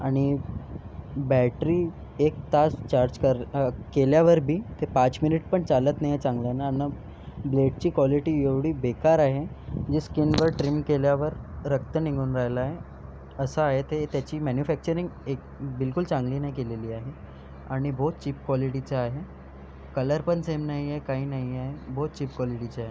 आणि बॅटरी एक तास चार्ज कर केल्यावर बी ते पाच मिनिट पण चालत नाही आहे चांगलं ना ब्लेडची क्वालिटी एवढी बेकार आहे म्हणजे स्कीनवर ट्रीम केल्यावर रक्त निघून राहिलं आहे असा आहे ते त्याची मॅन्युफॅक्चरिंग एक बिलकुल चांगली नाही केलेली आहे आणि बहुत चीप क्वालिटीचं आहे कलर पण सेम नाही आहे काही नाही आहे बहुत चीप क्वालिटीचं आहे